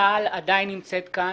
תע"ל עדיין נמצאת כאן,